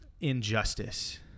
injustice